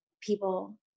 people